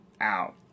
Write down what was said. out